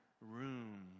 room